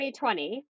2020